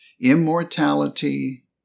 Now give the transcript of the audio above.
immortality